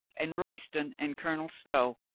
and royston and colonel stow,